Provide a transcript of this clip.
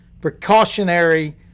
precautionary